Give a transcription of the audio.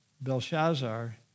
Belshazzar